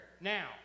Now